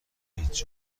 هیچ